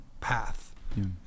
path